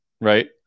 right